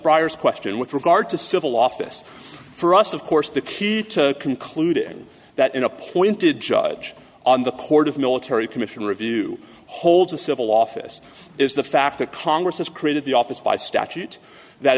briar's question with regard to civil office for us of course the key to concluding that an appointed judge on the court of military commission review holds a civil office is the fact that congress has created the office by statute that